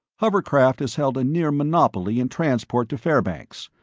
hovercraft has held a near monopoly in transport to fairbanks.